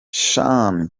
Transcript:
sean